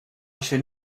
should